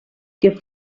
que